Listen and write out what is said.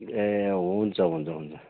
ए हुन्छ हुन्छ हुन्छ